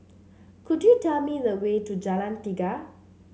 could you tell me the way to Jalan Tiga